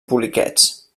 poliquets